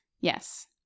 Yes